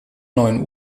neun